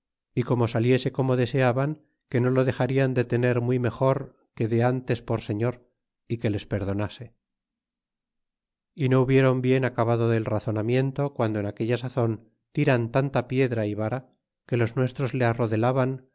é como saliese como deseaban que no lo dexarian de tener muy mejor que de antes por señor y que les perdonase y no hubieron bien acabado el razonamiento guando en aquella sazon tiran tanta piedra y vara que los nuestros le arrodelaban y